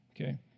okay